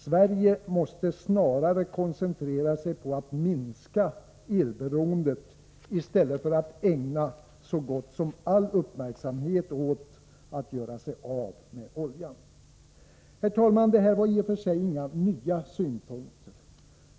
Sverige måste snarare koncentrera sig på att minska elberoendet än ägna så gott som all uppmärksamhet åt att göra sig av med oljan. Herr talman! Det här var i och för sig inga nya synpunkter.